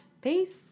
Peace